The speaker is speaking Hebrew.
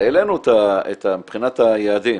העלינו מבחינת היעדים.